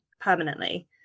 permanently